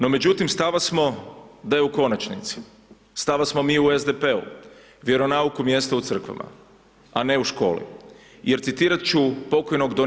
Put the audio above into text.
No, međutim, stava smo da je u konačnici, stava smo mi u SDP-u, vjeronauku mjesto u crkvama, a ne u školi jer citirat ću pok. don.